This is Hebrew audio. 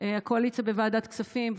הקואליציה בוועדת כספים,